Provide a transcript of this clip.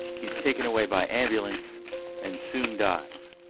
he's taken away by ambulance and soon dies